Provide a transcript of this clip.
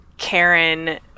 Karen